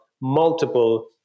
multiple